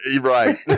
Right